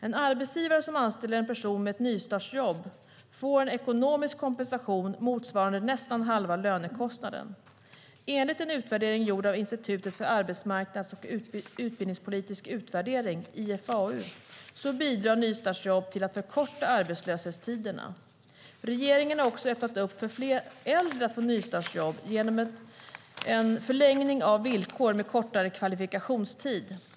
En arbetsgivare som anställer en person med ett nystartsjobb får en ekonomisk kompensation motsvarande nästan halva lönekostnaden. Enligt en utvärdering gjord av Institutet för arbetsmarknads och utbildningspolitisk utvärdering bidrar nystartsjobb till att förkorta arbetslöshetstiderna. Regeringen har också öppnat upp för fler äldre att få nystartsjobb genom en förlängning av villkor med kortare kvalifikationstid.